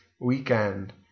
weekend